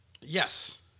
Yes